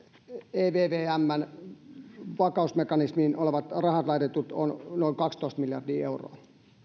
evmään vakausmekanismiin laitetut rahat ovat noin kaksitoista miljardia euroa